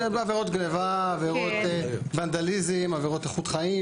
עבירות גניבה, עבירות ונדליזם, עבירות איכות חיים.